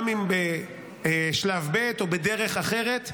גם אם בשלב ב' או בדרך אחרת,